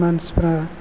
मानसिफोरा